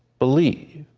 believe.